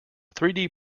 three